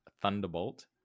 thunderbolt